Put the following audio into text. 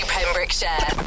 Pembrokeshire